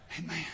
Amen